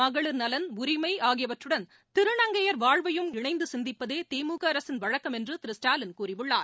மகளிர் நலன் உரிமைஆகியவற்றுடன் திருநங்கையர் வாழ்வையும் இணைந்துசிந்திப்பதேதிமுகஅரசின் வழக்கம் என்றுதிரு ஸ்டாலின் கூறியுள்ளார்